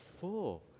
four